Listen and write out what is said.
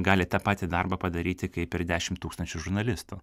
gali tą patį darbą padaryti kaip ir dešim tūkstančių žurnalistų